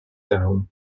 down